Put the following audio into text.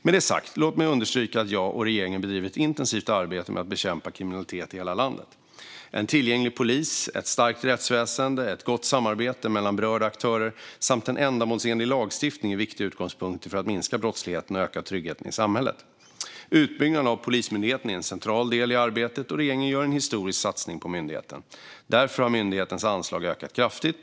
Med det sagt: Låt mig understryka att jag och regeringen bedriver ett intensivt arbete med att bekämpa kriminalitet i hela landet. En tillgänglig polis, ett starkt rättsväsen, ett gott samarbete mellan berörda aktörer samt en ändamålsenlig lagstiftning är viktiga utgångspunkter för att minska brottsligheten och öka tryggheten i samhället. Utbyggnaden av Polismyndigheten är en central del i arbetet, och regeringen gör en historisk satsning på myndigheten. Därför har myndighetens anslag ökat kraftigt.